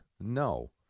No